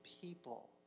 people